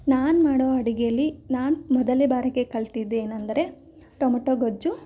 ನಾನು ಮಾಡೋ ಅಡುಗೇಲಿ ನಾನು ಮೊದಲೇ ಬಾರಿಗೆ ಕಲಿತಿದ್ದೇನಂದ್ರೆ ಟೊಮೊಟೋ ಗೊಜ್ಜು